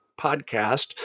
podcast